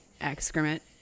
excrement